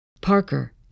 Parker